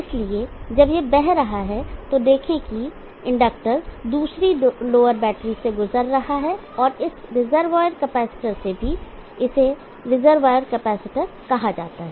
इसलिए जब यह बह रहा है तो देखें कि इंडक्टर दूसरी लोअर बैटरीज से गुजर रहा है और इस रिजर्वॉयर कैपेसिटर से भी इसे रिजर्वॉयर कैपेसिटर कहा जाता है